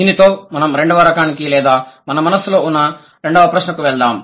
దీనితో మనం రెండవ రకానికి లేదా మన మనస్సులో ఉన్న రెండవ ప్రశ్నకు వెళ్దాం